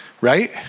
right